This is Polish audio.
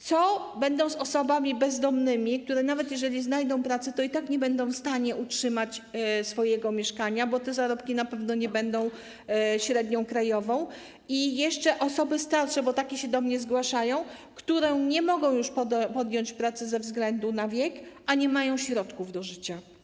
Co będzie z osobami bezdomnymi, które nawet jeżeli znajdą pracę, to i tak nie będą w stanie utrzymać swojego mieszkania, bo te zarobki na pewno nie będą na poziomie średniej krajowej, i jeszcze z osobami starszymi, bo takie się do mnie zgłaszają, które nie mogą już podjąć pracy ze względu na wiek, a nie mają środków do życia?